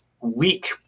weak